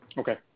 okay